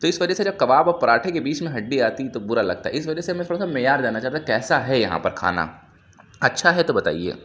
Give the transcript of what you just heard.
تو اِس وجہ سے جب كباب اور پراٹھے کے بیچ میں ہڈی آتی ہے تو بُرا لگتا ہے اِس وجہ سے میں تھوڑا سا معیار جاننا چاہتا ہوں کیسا ہے یہاں پر کھانا اچھا ہے تو بتائیے